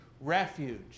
Refuge